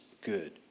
good